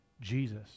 Jesus